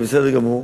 זה בסדר גמור.